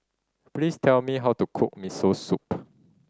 please tell me how to cook Miso Soup